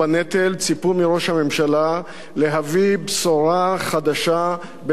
הממשלה להביא בשורה חדשה בנושא השוויון בנטל.